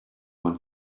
want